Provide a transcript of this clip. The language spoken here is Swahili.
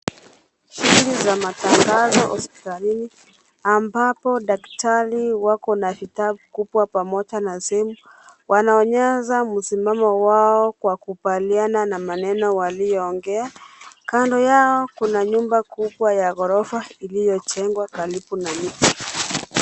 Shughuli za matangazo hospitalini ambapo daktari wako na vitabu kubwa pamoja na simu. Wanaonyesha msimamo wao kwa kubaliana na maneno waliongea. Kando yao kuna nyumba kubwa ya ghorofa iliyojengwa karibu na mti.